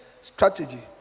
strategy